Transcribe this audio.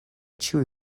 ĉiuj